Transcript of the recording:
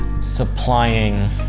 supplying